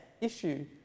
issue